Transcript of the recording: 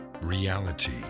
Reality